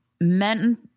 men